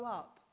up